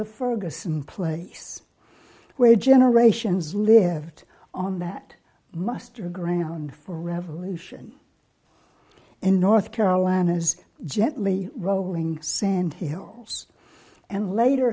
ferguson place where generations lived on that muster ground for revolution in north carolina's gently rolling sand hills and later